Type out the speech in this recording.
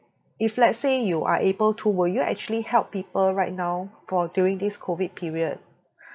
if let's say you are able to will you actually help people right now for during this COVID period